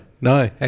no